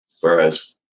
Whereas